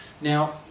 Now